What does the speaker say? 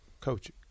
coaching